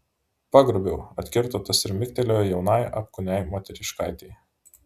pagrobiau atkirto tas ir mirktelėjo jaunai apkūniai moteriškaitei